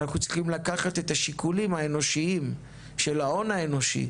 אנחנו צריכים לקחת את השיקולים האנושיים של ההון האנושי.